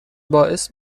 باعث